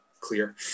clear